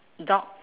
dog